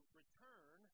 return